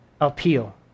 appeal